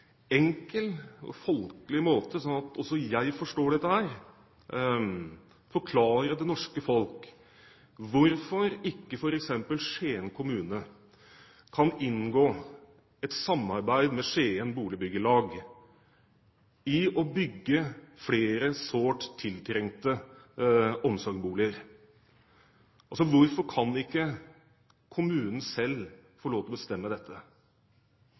enkel og folkelig måte, slik at også jeg forstår dette, forklare det norske folk hvorfor ikke f.eks. Skien kommune kan inngå et samarbeid med Skien Boligbyggelag for å bygge flere sårt tiltrengte omsorgsboliger? Hvorfor kan ikke kommunen selv få lov til å bestemme dette?